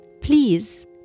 Please